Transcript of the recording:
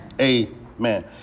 Amen